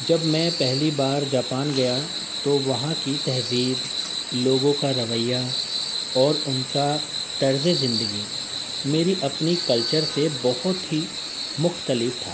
جب میں پہلی بار جاپان گیا تو وہاں کی تہذیب لوگوں کا رویہ اور ان کا طرز زندگی میری اپنی کلچر سے بہت ہی مختلف تھا